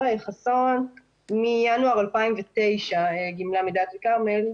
חסון מינואר 2009 גמלה מדלית אל כרמל,